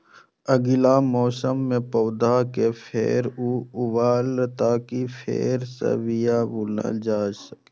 अगिला मौसम मे पौधा कें फेर सं उगाबै खातिर फेर सं बिया बुनल जाइ छै